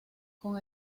con